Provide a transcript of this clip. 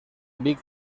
big